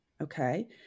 Okay